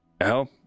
help